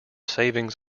savings